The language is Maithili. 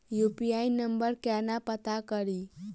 यु.पी.आई नंबर केना पत्ता कड़ी?